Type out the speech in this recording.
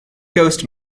ghost